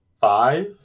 Five